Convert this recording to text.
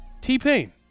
T-Pain